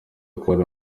kubona